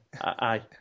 Aye